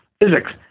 physics